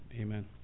amen